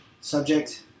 subject